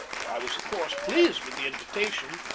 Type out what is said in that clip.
i was, of course, pleased with the invitation,